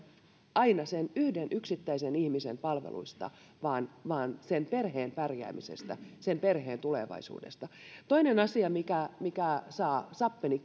aina sen yhden yksittäisen ihmisen palveluista vaan vaan sen perheen pärjäämisestä sen perheen tulevaisuudesta toinen asia mikä mikä saa sappeni